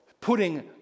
putting